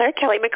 Kelly